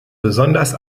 besonders